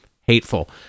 hateful